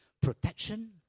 protection